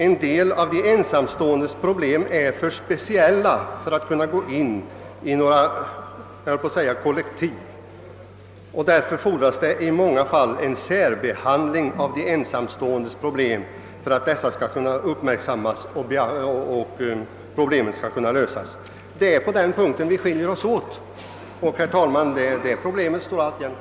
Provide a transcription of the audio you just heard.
En del av de ensamståendes problem är för speciella för att kunna behandlas i några kollektiva sammanhang och därför fordras i många fall en särbehandling av dessa problem för att de skall uppmärksammas och bli lösta. Det är här vi skiljer oss åt och, herr talman, det problemet kvarstår alltjämt.